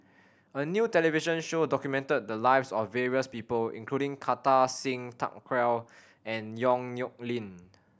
a new television show documented the lives of various people including Kartar Singh Thakral and Yong Nyuk Lin